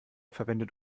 verwendet